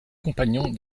compagnon